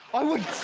i wouldn't